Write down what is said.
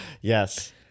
Yes